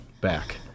back